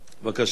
בבקשה.